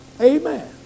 Amen